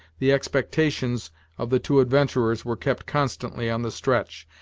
the expectations of the two adventurers were kept constantly on the stretch,